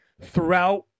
throughout